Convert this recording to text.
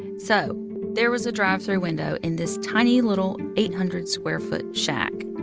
so there was a drive-through window in this tiny, little eight hundred square foot shack.